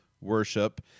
worship